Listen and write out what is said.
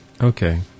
okay